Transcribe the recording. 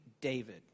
David